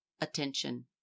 attention